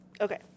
Okay